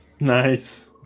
Nice